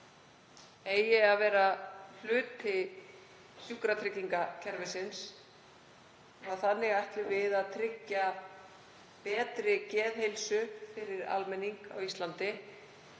eigi að vera hluti sjúkratryggingakerfisins. Þannig ætlum við að tryggja betri geðheilsu fyrir almenning á Íslandi.